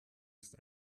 ist